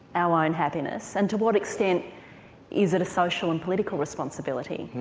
our own happiness, and to what extent is it a social and political responsibility?